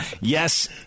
Yes